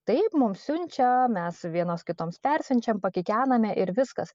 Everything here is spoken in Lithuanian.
taip mum siunčia mes vienos kitoms persiunčiam pakikename ir viskas